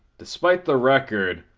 despite the record,